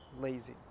lazy